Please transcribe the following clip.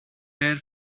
bare